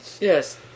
Yes